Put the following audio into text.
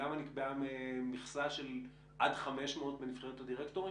למה נקבעה מכסה של עד 500 בנבחרת הדירקטורים?